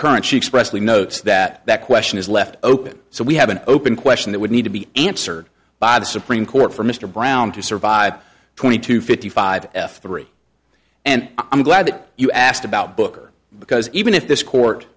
she expressed he notes that that question is left open so we have an open question that would need to be answered by the supreme court for mr brown to survive twenty two fifty five f three and i'm glad that you asked about booker because even if this court